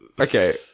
Okay